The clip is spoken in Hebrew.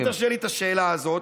אז רק אם תרשה לי את השאלה הזאת.